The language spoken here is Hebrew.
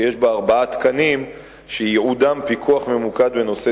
שיש בה ארבעה תקנים שייעודם פיקוח ממוקד בנושא